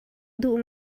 duh